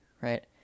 Right